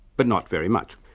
but not very much.